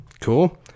Cool